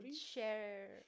share